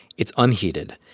it's unheated.